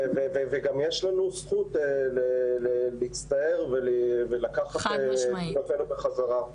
וגם יש לנו זכות להצטער ולקחת חלק בחזרה.